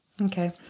Okay